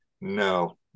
No